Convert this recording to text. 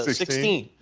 sixteen.